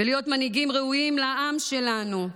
ולהיות מנהיגים ראויים לעם שלנו,